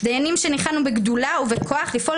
דיינים שניחנו בגדולה ובכוח לפעול